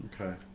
okay